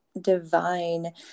divine